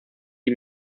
die